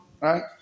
right